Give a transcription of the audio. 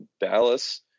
Dallas